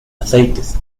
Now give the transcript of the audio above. aceites